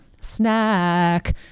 snack